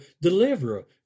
Deliverer